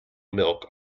milk